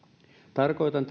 tarkoitan